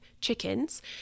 chickens